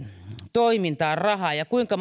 toimintaan rahaa ja kuinka